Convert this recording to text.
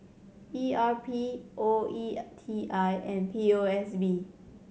E R P O E T I and P O S B